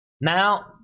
now